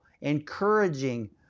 encouraging